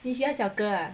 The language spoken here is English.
你现在小哥 ah